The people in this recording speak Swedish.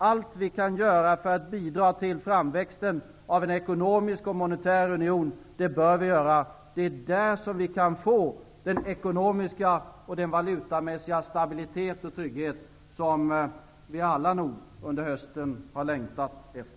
Allt vi kan göra för att bidra till framväxten av en ekonomisk och monetär union bör vi göra. Det är där vi kan få den ekonomiska och valutamässiga stabilitet och trygghet som vi nog alla under hösten har längtat efter.